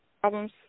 problems